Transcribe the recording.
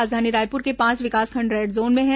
राजधानी रायपुर के पांच विकासखंड रेड जोन में हैं